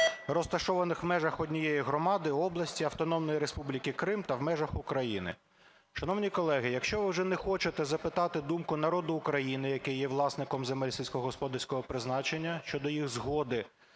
розташованих у межах однієї громади, області, Автономної Республіки Крим та в межах України". Шановні колеги, якщо ви вже не хочете запитати думку народу України, який є власником земель сільськогосподарського призначення щодо їх згоди